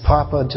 Papa